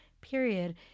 period